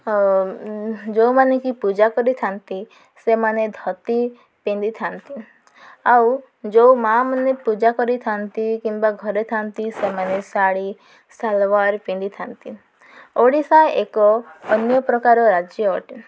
ଯେଉଁମାନେ କି ପୂଜା କରିଥାନ୍ତି ସେମାନେ ଧୋତି ପିନ୍ଧିଥାନ୍ତି ଆଉ ଯେଉଁ ମାଆ ମାନେ ପୂଜା କରିଥାନ୍ତି କିମ୍ବା ଘରେ ଥାନ୍ତି ସେମାନେ ଶାଢ଼ୀ ସାଲୱାର ପିନ୍ଧିଥାନ୍ତି ଓଡ଼ିଶା ଏକ ଅନ୍ୟ ପ୍ରକାର ରାଜ୍ୟ ଅଟେ